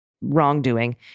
wrongdoing